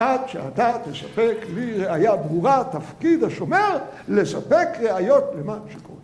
עד שאתה תספק לי ראייה ברורה תפקיד השומר לספק ראיות למה שקורה.